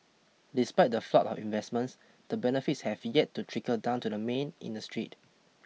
despite the flood of investments the benefits have yet to trickle down to the main in the street